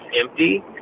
empty